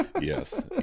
Yes